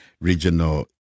regional